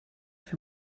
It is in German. für